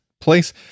place